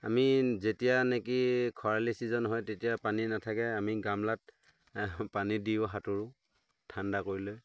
আমি যেতিয়া নেকি খৰালি ছিজন হয় তেতিয়া পানী নাথাকে আমি গামলাত পানী দিওঁ সাঁতোৰোঁ ঠাণ্ডা কৰি লৈ